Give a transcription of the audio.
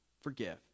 forgive